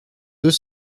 deux